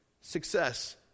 success